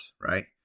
right